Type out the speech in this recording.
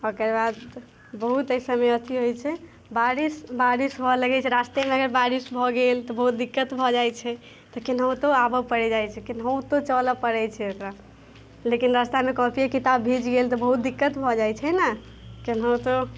ओकर बाद बहुत एहिसबमे अथी होइ छै बारिश बारिश हुअऽ लगै छै रास्तेमे अगर बारिश भऽ गेल तऽ बहुत दिक्कत भऽ जाइ छै लेकिन ओतहु आबऽ पड़ि जाइ छै केनाहितो चलऽ पड़ै छै ओकरा लेकिन रास्तामे कॉपिए किताब भीजि गेल तऽ बहुत दिक्कत भऽ जाइ छै ने केनाहितो